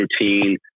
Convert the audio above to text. routine